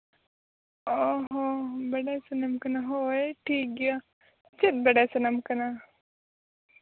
ᱚ ᱦᱚᱸ ᱵᱟᱰᱟᱭ ᱥᱟᱱᱟᱢ ᱠᱟᱱᱟ ᱦᱳᱭ ᱴᱷᱤᱠ ᱜᱮᱭᱟ ᱪᱮᱫ ᱵᱟᱰᱟᱭ ᱥᱟᱱᱟᱢ ᱠᱟᱱᱟ